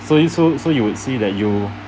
so it so so you would see that you